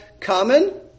common